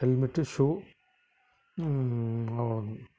helmet shoe